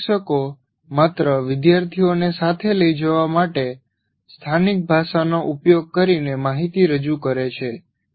કેટલાક શિક્ષકો માત્ર વિદ્યાર્થીઓને સાથે લઈ જવા માટે સ્થાનિક ભાષાનો ઉપયોગ કરીને માહિતી રજૂ કરે છે